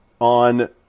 on